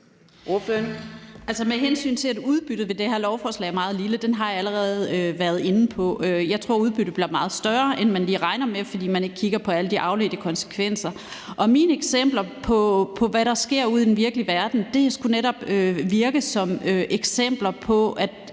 det med, at udbyttet af det her lovforslag er meget lille, har jeg allerede været inde på. Jeg tror, at udbyttet bliver meget større, end man lige regner med, hvis man kigger på alle de afledte konsekvenser. Mine eksempler på, hvad der sker ude i den virkelige verden, skulle netop være eksempler på, at